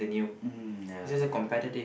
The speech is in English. mmhmm ya correct correct